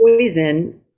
poison